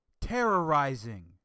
Terrorizing